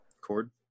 cord